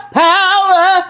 power